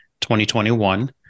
2021